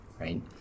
right